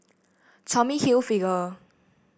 Tommy Hilfiger